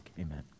amen